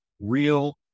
real